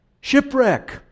Shipwreck